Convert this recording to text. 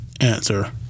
Answer